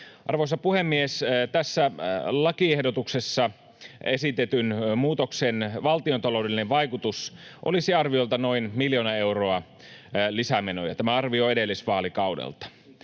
Arvoisa puhemies! Tässä lakiehdotuksessa esitetyn muutoksen valtiontaloudellinen vaikutus olisi arviolta noin miljoona euroa lisämenoja — tämä arvio on edelliseltä vaalikaudelta